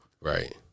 Right